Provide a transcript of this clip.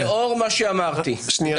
לאור מה שאמרתי וקריאות ההסתה --- שנייה.